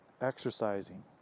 exercising